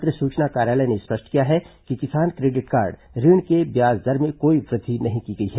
पत्र सूचना कार्यालय ने स्पष्ट किया है कि किसान क्रेडिट कार्ड ऋण के ब्याज दर में कोई वृद्धि नहीं की गई है